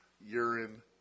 urine